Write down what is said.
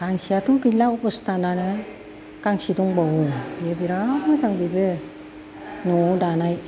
गांसेआथ' गैला अबस्थायानो गांसे दंबावो बियो बिरात मोजां बिबो न'आव दानाय